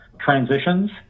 transitions